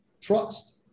trust